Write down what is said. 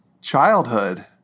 childhood